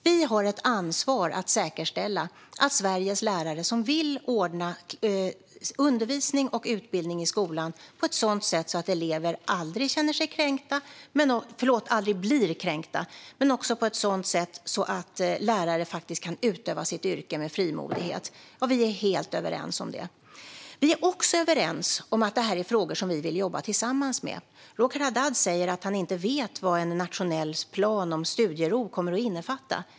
Vi har ett ansvar för att säkerställa att Sveriges lärare kan ordna undervisning och utbildning i skolan på ett sådant sätt att elever aldrig blir kränkta men också på ett sådant sätt att lärare kan utöva sitt yrke med frimodighet. Vi är helt överens om detta. Vi är också överens om att det här är frågor som vi vill jobba tillsammans med. Roger Haddad säger att han inte vet vad en nationell plan om studiero kommer att innefatta.